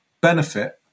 benefit